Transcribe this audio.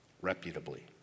reputably